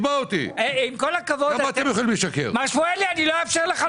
לא מתאים לכם לשקר.